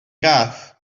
gath